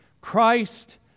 Christ